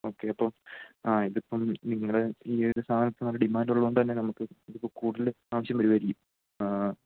okay അപ്പം ആ ഇതിപ്പം നിങ്ങളുടെ ഈയൊരു സാധനത്തിന് നല്ല ഡിമാൻഡുള്ളതുകൊണ്ടുതന്നെ നമുക്ക് ഇതിപ്പോള് കൂടുതല് ആവശ്യം വരുമായിരിക്കും